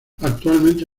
actualmente